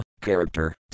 character